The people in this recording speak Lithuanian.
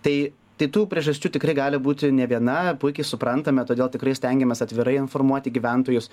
tai tai tų priežasčių tikrai gali būti ne viena puikiai suprantame todėl tikrai stengiamės atvirai informuoti gyventojus